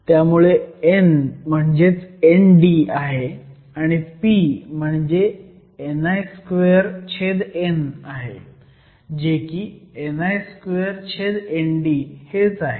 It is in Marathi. त्यामुळे n म्हणजेच Nd आहे आणि p म्हणजे ni2n आहे जे की ni2Nd हेच आहे